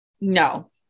No